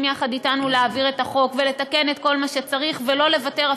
יחד אתנו להעביר את החוק ולתקן את כל מה שצריך ולא לוותר,